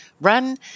run